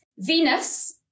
Venus